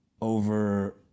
over